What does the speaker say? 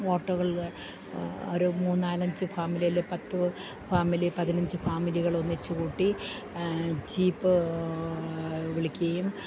ഓട്ടോകള് ഒരു മൂന്നാലഞ്ച് ഫാമിലിയില് പത്ത് ഫാമിലി പതിനഞ്ച് ഫാമിലികൾ ഒന്നിച്ചുകൂട്ടി ജീപ്പ് വിളിക്കുകയും